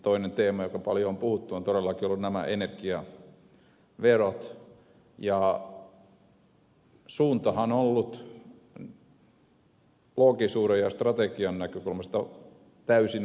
toinen teema josta on paljon puhuttu on todellakin ollut energiaverot ja suuntahan on ollut loogisuuden ja strategian näkökulmasta täysin oikea